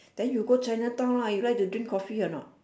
then you go chinatown lah you like to drink coffee or not